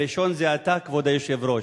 הראשון זה אתה, כבוד היושב-ראש,